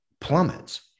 plummets